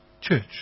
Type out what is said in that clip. church